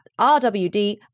rwd